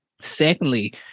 secondly